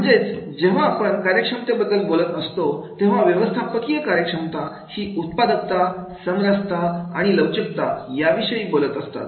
म्हणजेच जेव्हा आपण कार्यक्षमतेबद्दल बोलत असतो तेव्हा व्यवस्थापकीय कार्यक्षमता ही उत्पादकता समरसता आणि लवचिकता याविषयी बोलत असतात